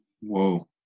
Whoa